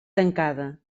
tancada